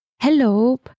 Hello